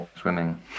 swimming